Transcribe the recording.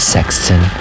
Sexton